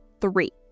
Three